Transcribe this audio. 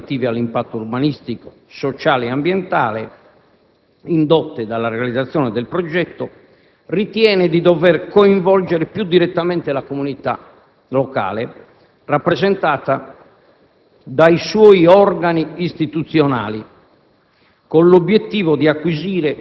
in ordine alle problematiche relative all'impatto urbanistico, sociale e ambientale indotte dalla realizzazione del progetto, ritiene di dover coinvolgere più direttamente la comunità locale, rappresentata dai suoi organi istituzionali,